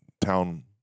town